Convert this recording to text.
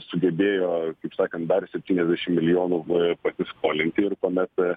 sugebėjo kaip sakant dar septyniasdešimt milijonų pasiskolinti ir kuomet